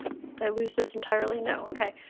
i lose this entirely? no, okay.